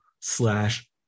slash